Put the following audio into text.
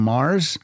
Mars